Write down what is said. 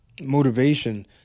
motivation